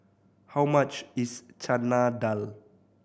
how much is Chana Dal